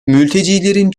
mültecilerin